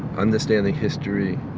understanding history